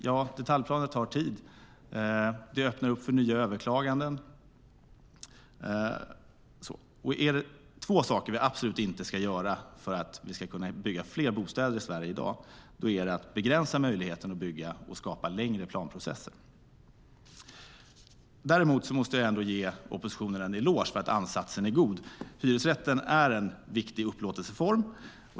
Jo, detaljplaner tar tid och öppnar upp för nya överklaganden. Är det två saker vi absolut inte ska göra för att kunna bygga fler bostäder i Sverige i dag är det att begränsa möjligheten att bygga och att skapa längre planprocesser. Däremot måste jag ändå ge oppositionen en eloge för att ansatsen är god. Hyresrätten är en viktig upplåtelseform.